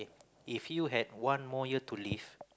if you had one more year to live